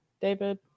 David